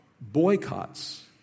boycotts